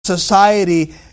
Society